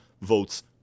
votes